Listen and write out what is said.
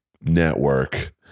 network